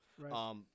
Right